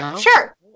Sure